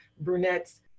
brunettes